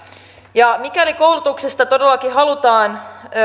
ja mikäli koulutuksesta todellakin halutaan